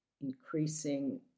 increasing